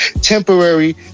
temporary